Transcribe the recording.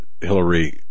Hillary